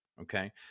okay